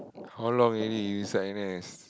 how long already you inside N_S